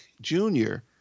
junior